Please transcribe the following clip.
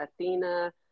Athena